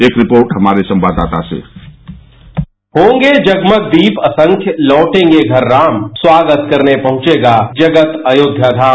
एक रिपोर्ट हमारे संवाददाता से होंगे जगमग दीप असंख्य लौटेंगे घर राम स्वागत करने पहुंचेगा जगत अयोध्या धाम